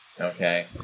okay